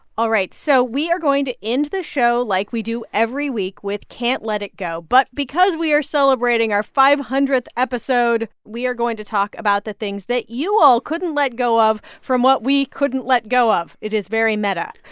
all right. so we are going to end this show like we do every week with can't let it go. but because we are celebrating our five hundredth episode, we are going to talk about the things that you all couldn't let go of from what we couldn't let go of. it is very meta.